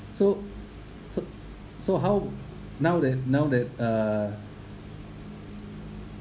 so so so how now that now that uh